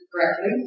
correctly